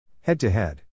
Head-to-head